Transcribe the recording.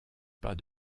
pas